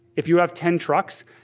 if you have ten trucks,